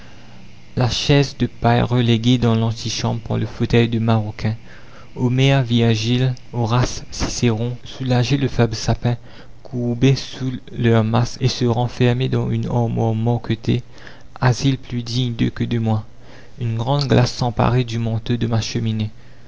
la chaise de paille reléguée dans l'antichambre par le fauteuil de maroquin homère virgile horace cicéron soulager le faible sapin courbé sous leur masse et se refermer dans une armoire marquetée asile plus digne d'eux que de moi une grande glace s'emparer du manteau de ma cheminée